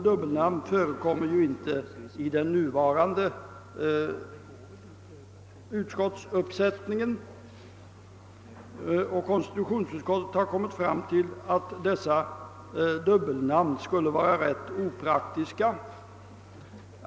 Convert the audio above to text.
Dubbelnamn förekommer ju inte för närvarande, och konstitutionsutskottet har ansett att det skulle vara rätt opraktiskt med sådana.